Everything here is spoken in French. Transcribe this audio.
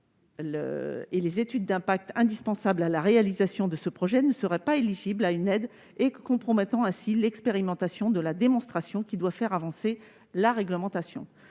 et les études d'impact indispensables à la réalisation de ce projet ne seraient pas éligibles à une aide, ce qui risque de compromettre l'expérimentation de la démonstration qui doit faire avancer la réglementation,